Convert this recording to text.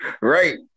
right